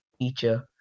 teacher